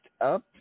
up